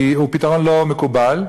הוא פתרון לא מקובל,